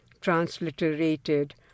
Transliterated